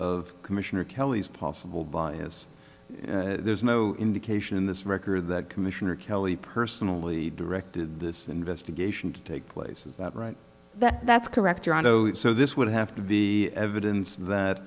of commissioner kelly's possible bias there's no indication in this record that commissioner kelly personally directed this investigation to take place is that right that that's correct john doe so this would have to be evidence that